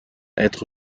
être